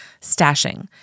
Stashing